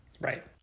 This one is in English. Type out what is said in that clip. Right